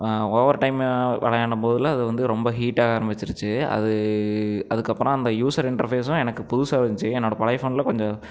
over time விளையாடும் போதுலாம் அது வந்து ரொம்ப ஹீட்டாக ஆரம்பிச்சிடுத்து அது அதுக்கப்புறம் அந்த யூசர் இன்டர்ஃபேஸும் எனக்கு புதுசாக இருந்துச்சு என்னோடய பழைய ஃபோனில் கொஞ்சம்